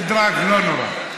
לא נורא.